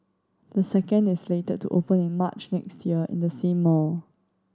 the second is slated to open in March next year in the same mall